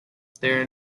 there